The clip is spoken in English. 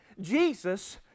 Jesus